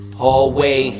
hallway